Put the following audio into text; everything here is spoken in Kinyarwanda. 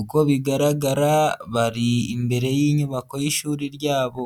uko bigaragara bari imbere y'inyubako y'ishuri ryabo.